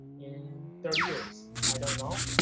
in thirty years, i don't know,